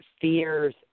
fears